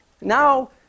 Now